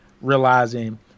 realizing